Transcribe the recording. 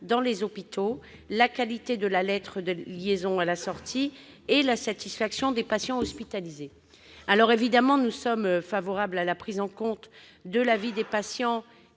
dans les hôpitaux, la qualité de la lettre de liaison à la sortie et la satisfaction des patients hospitalisés. Nous sommes évidemment favorables à la prise en compte de l'avis des patients,